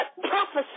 prophesy